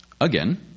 Again